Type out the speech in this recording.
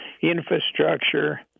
infrastructure